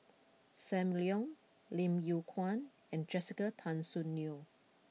Sam Leong Lim Yew Kuan and Jessica Tan Soon Neo